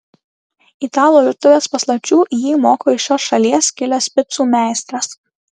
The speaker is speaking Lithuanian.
italų virtuvės paslapčių jį moko iš šios šalies kilęs picų meistras